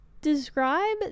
describe